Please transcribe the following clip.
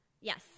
yes